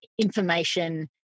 information